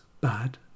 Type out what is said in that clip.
bad